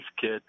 kid